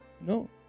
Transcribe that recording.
No